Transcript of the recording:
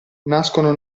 nascono